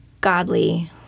godly